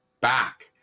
back